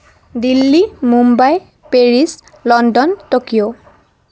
Delhi Mumbai Paris London Tokyo